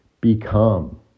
become